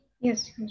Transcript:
Yes